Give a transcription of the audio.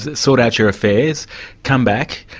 sort out your affairs, come back,